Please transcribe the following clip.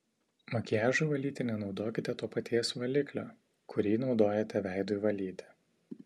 makiažui valyti nenaudokite to paties valiklio kurį naudojate veidui valyti